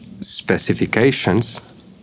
specifications